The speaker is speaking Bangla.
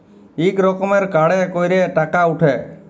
ইক রকমের কাড়ে ক্যইরে টাকা উঠে